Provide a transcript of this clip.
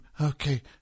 Okay